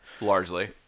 largely